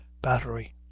battery